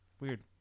Weird